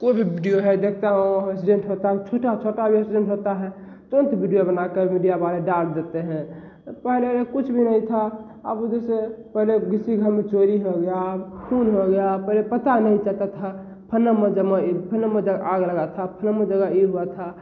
कोई भी बीडियो है देखता वह है वह छोटा छोटा छोटा वह इसलिए होता है तुरंत वीडियो बनाकर मीडिया वाले डाल देते हैं पहले कुछ भी नहीं था अब अब जैसे पहले किसी घर में चोरी हो गया खून हो गया पहले पता नहीं चलता था फैला मजमा फला मजाह आग लगा था फलानी जगह यह हुआ था